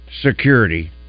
Security